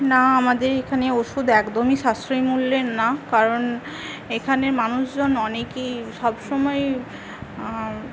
না আমাদের এখানে ওষুধ একদমই সাশ্রয় মূল্যের না কারণ এখানে মানুষজন অনেকেই সবসময়